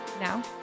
Now